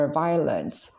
violence